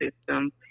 system